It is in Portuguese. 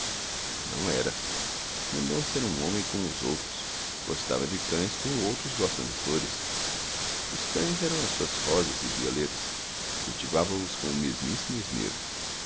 não era mendonça era um homem como os outros gostava de cães como outros gostam de flores os cães eram as suas rosas e violetas cultivava os com o mesmíssimo esmero